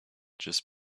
just